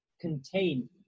contain